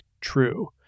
true